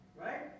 right